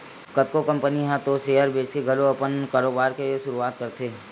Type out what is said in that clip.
कतको कंपनी ह तो सेयर बेंचके घलो अपन कारोबार के सुरुवात करथे